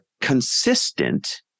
consistent